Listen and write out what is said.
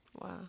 Wow